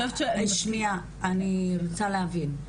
אני רוצה להבין.